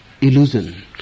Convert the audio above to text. illusion